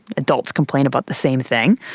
adults complain about the same thing.